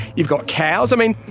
you've got cows. i mean,